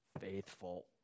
faithful